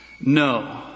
No